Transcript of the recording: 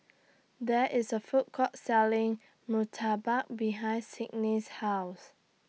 There IS A Food Court Selling Murtabak behind Sidney's House